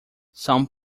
são